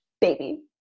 baby